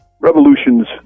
revolutions